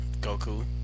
Goku